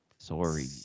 Sorry